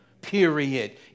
Period